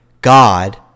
God